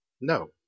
No